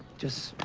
just